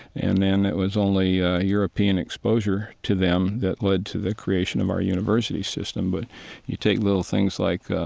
and then it was only ah european exposure to them that led to the creation of our university system. but you take little things like,